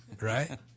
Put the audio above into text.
right